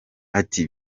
ati